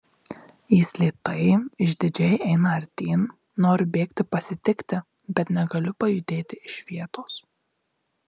jis lėtai išdidžiai eina artyn noriu bėgti pasitikti bet negaliu pajudėti iš vietos